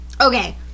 Okay